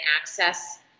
access